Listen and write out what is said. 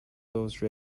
those